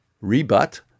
Rebut